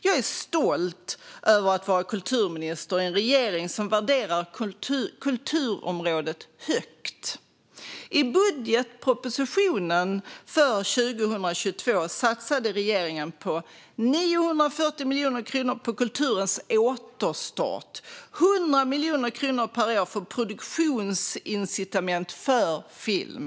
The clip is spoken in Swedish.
Jag är stolt över att vara kulturminister i en regering som värderar kulturområdet högt. I budgetpropositionen för 2022 satsade regeringen 940 miljoner kronor på kulturens återstart och 100 miljoner kronor per år för produktionsincitament för film.